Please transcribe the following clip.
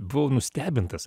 buvau nustebintas